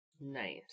Nice